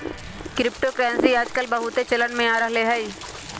crypto currency याजकाल बहुते चलन में आ रहल हइ